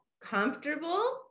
comfortable